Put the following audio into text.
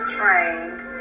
trained